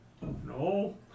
No